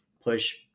push